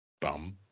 Bum